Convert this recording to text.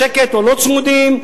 בשקט, או לא צמודים,